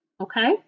Okay